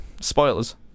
Spoilers